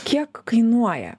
kiek kainuoja